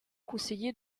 conseillé